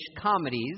comedies